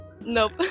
Nope